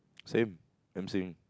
same emceeing